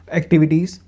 activities